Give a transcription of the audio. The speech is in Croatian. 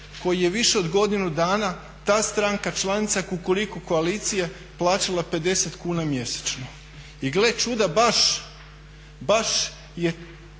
koji je više od godinu dana ta stranka članica kukuriku koalicije plaćala 50 kuna mjesečno. I gle čuda baš je